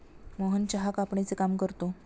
मोहन चहा कापणीचे काम करतो